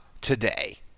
today